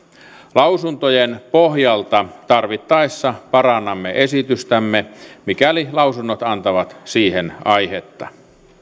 lausuntojen pohjalta tarvittaessa parannamme esitystämme mikäli lausunnot antavat siihen aihetta